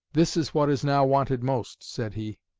this is what is now wanted most, said he,